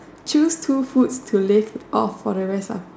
choose two foods to live off for the rest ah